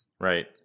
right